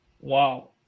Wow